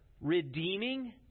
redeeming